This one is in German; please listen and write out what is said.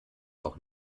auch